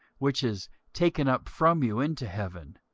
which is taken up from you into heaven,